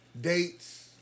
dates